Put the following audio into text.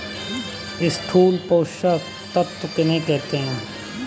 स्थूल पोषक तत्व किन्हें कहते हैं?